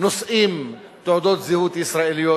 נושאים תעודות זהות ישראליות,